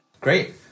Great